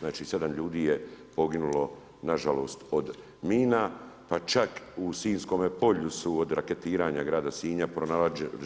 Znači 7 ljudi je poginulo nažalost od mina, pa čak i u Sinjskome polju su od raketiranja grada Sinja, …